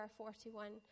41